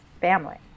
family